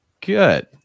Good